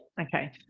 Okay